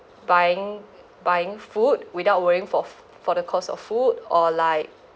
buying buying food without worrying for f~ for the cost of food or like